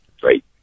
Great